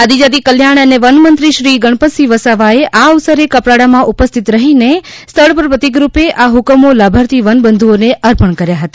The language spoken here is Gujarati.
આદિજાતિ કલ્યાણ અને વનમંત્રીશ્રી ગણપતસિંહ વસાવાએ આ અવસરે કપરાડામાં ઉપસ્થિત રહીને સ્થળ પર પ્રતિક રૂપે આ હુકમો લાભાર્થી વનબંધુઓને અર્પણ કર્યા હતા